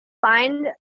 find